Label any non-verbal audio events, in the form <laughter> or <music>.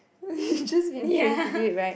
<laughs> just been trained to do it [right]